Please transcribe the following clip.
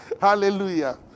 Hallelujah